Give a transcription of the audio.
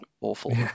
awful